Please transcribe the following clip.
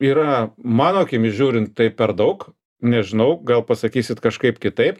yra mano akimis žiūrint tai per daug nežinau gal pasakysit kažkaip kitaip